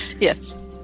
Yes